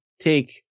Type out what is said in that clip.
take